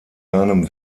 seinem